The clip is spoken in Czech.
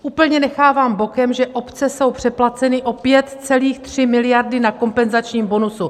Úplně nechávám bokem, že obce jsou přeplaceny o 5,3 miliardy na kompenzačním bonusu.